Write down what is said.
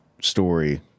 story